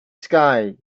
sky